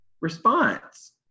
response